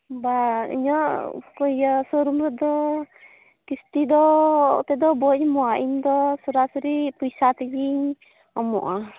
ᱵᱟ ᱤᱧᱟᱹᱜ ᱥᱳᱨᱩᱢ ᱨᱮᱫᱚ ᱠᱤᱥᱛᱤ ᱫᱚ ᱛᱮᱫᱚ ᱵᱟᱹᱧ ᱮᱢᱚᱜᱼᱟ ᱤᱧ ᱫᱚ ᱥᱚᱨᱟ ᱥᱚᱨᱤ ᱯᱚᱭᱥᱟ ᱛᱮᱜᱮᱧ ᱮᱢᱚᱜᱼᱟ